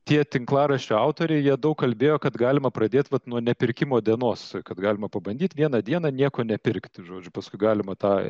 tie tinklaraščių autoriai jie daug kalbėjo kad galima pradėt vat nuo nepirkimo dienos kad galima pabandyt vieną dieną nieko nepirkt žodžiu paskui galima tą